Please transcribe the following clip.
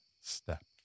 step